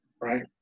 right